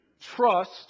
Trust